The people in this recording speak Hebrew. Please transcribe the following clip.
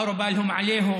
הביאו להם תה,